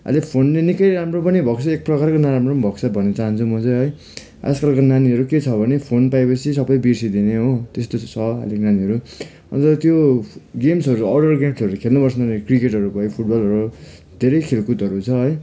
अहिले फोनले निकै राम्रो पनि भएको छ एक प्रकार नराम्रो पनि भएको छ भन्न चाहन्छु म चाहिँ है आजकलको नानीहरू के छ भने फोन पाएपछि सबै बिर्सिदिने हो त्यस्तो छ अहिलेको नानीहरू अन्त त्यो गेम्सहरू अरू अरू गेम्सहरू खेल्नुपर्छ क्रिकेटहरू भयो फुटबलहरू धेरै खेलकुदहरू छ है